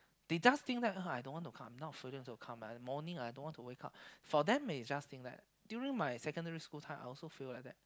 they just think that uh I don't wanna come not feeling to come morning I don't want to wake up for them may just think that during my secondary school time I also feel like that